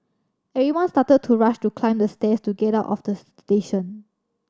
everyone started to rush to climb the stairs to get out of the station